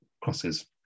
crosses